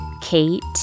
Kate